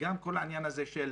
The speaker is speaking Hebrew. וגם כל העניין הזה של